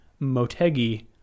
Motegi